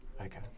okay